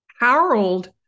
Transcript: Harold